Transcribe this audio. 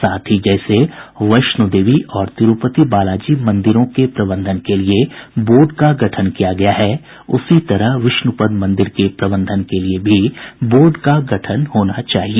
साथ ही जैसे वैष्णो देवी और तिरूपति बालाजी मंदिरों के प्रबंधन के लिए बोर्ड का गठन किया गया है उसी तरह विष्णुपद मंदिर के प्रबंधन के लिए भी बोर्ड का गठन होना चाहिए